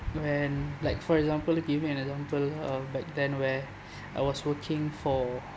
when like for example give you an example uh back then where I was working for